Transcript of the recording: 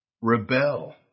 rebel